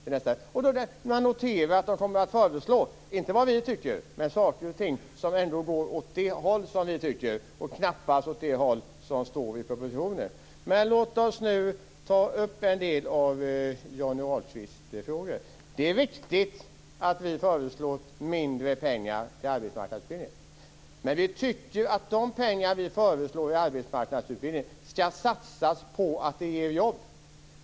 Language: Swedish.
Jag har noterat vad de kommer att föreslå, inte det vi tycker, men saker och ting som ändå går åt det håll vi tycker är bra, knappast åt det håll som står i propositionen. Låt oss nu ta upp en del av Johnny Ahlqvists frågor. Det är riktigt att vi föreslår mindre pengar till arbetsmarknadsutbildning. Men vi tycker att de pengar vi föreslår till arbetsmarknadsutbildning skall satsas på att ge jobb.